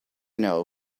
know